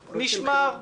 נשמר.